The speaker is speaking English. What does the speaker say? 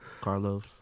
Carlos